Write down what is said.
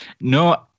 no